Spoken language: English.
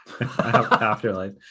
afterlife